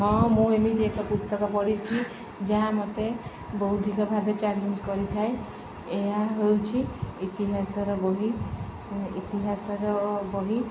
ହଁ ମୁଁ ଏମିତି ଏକ ପୁସ୍ତକ ପଢ଼ିଛି ଯାହା ମତେ ବୌଧିକ ଭାବେ ଚ୍ୟାଲେଞ୍ଜ୍ କରିଥାଏ ଏହା ହେଉଛି ଇତିହାସର ବହି ଇତିହାସର ବହି